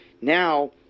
Now